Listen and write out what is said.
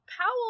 Powell